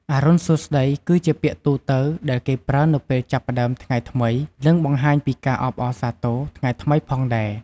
“អរុណសួស្តី” គឺជាពាក្យទូទៅ ដែលគេប្រើនៅពេលចាប់ផ្តើមថ្ងៃថ្មី និងបង្ហាញពីការអបអរសាទរថ្ងៃថ្មីផងដែរ ។